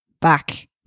back